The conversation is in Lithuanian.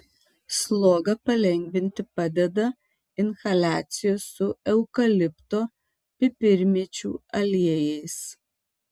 slogą palengvinti padeda inhaliacijos su eukalipto pipirmėčių aliejais